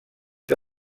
que